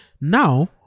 Now